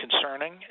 concerning